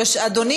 אדוני